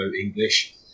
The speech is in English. English